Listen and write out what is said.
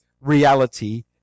reality